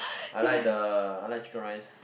I like the I like chicken rice